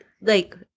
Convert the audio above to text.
like-